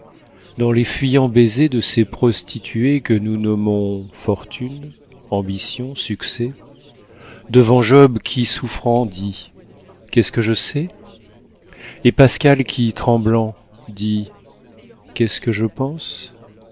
dans les fuyants baisers de ces prostituées que nous nommons fortune ambition succès devant job qui souffrant dit qu'est-ce que je sais et pascal qui tremblant dit qu'est-ce que je pense